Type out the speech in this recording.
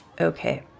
Okay